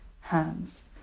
hands